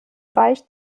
weicht